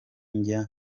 njya